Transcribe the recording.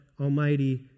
Almighty